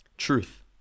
Truth